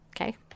okay